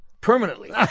Permanently